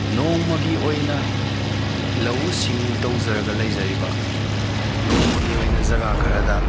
ꯅꯣꯡꯃꯒꯤ ꯑꯣꯏꯅ ꯂꯧꯎ ꯁꯤꯡꯎ ꯇꯧꯖꯔꯒ ꯂꯩꯖꯔꯤꯕ ꯅꯣꯡꯃꯒꯤ ꯑꯣꯏꯅ ꯖꯒꯥ ꯈꯔꯗ